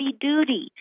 duty